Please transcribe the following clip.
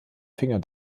finger